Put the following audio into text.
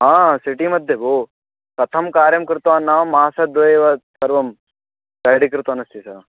ह सिटि मध्ये भो कथं कार्यं कृतवान् नाम मासद्वये एव सर्वं रेडि कृतवान् अस्ति सः